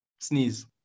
sneeze